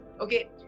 okay